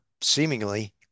seemingly